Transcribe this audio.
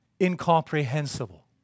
Incomprehensible